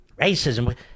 Racism